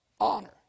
honor